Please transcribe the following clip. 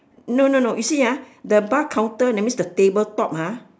no no no you see ah the bar counter that means the table top ah